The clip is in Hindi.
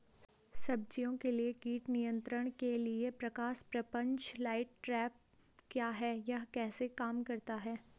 सब्जियों के कीट नियंत्रण के लिए प्रकाश प्रपंच लाइट ट्रैप क्या है यह कैसे काम करता है?